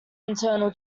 internal